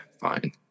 fine